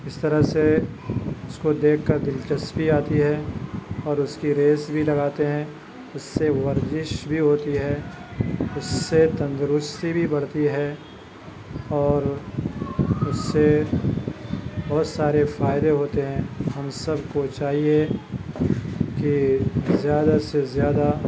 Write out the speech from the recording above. اس طرح سے اس کو دیکھ کر دلچسپی آتی ہے اور اس کی ریس بھی لگاتے ہیں اس سے ورزش بھی ہوتی ہے اس سے تندرستی بھی بڑھتی ہے اور اس سے بہت سارے فائدے ہوتے ہیں ہم سب کو چاہیے کہ زیادہ سے زیادہ